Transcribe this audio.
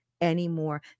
anymore